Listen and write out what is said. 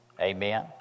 Amen